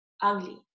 ugly